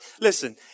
Listen